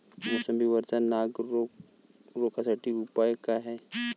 मोसंबी वरचा नाग रोग रोखा साठी उपाव का हाये?